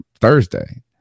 Thursday